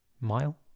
mile